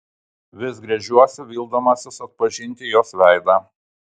vis gręžiuosi vildamasis atpažinti jos veidą